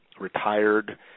retired